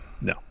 no